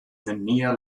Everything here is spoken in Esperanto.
nenia